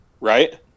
right